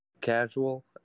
casual